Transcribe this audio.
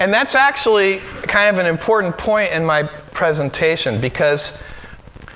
and that's actually kind of an important point in my presentation, because